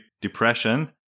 Depression